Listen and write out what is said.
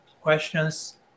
questions